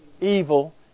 evil